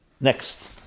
Next